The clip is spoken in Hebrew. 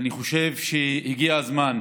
אני חושב שהגיע הזמן,